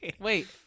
Wait